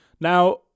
Now